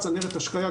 צנרת השקיה,